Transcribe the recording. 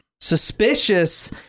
suspicious